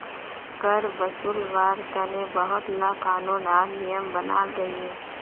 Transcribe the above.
कर वासूल्वार तने बहुत ला क़ानून आर नियम बनाल गहिये